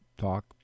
talk